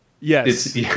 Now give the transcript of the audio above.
yes